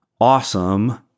awesome